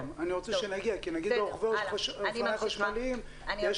כי נגיד לרוכבי אופניים חשמליים יש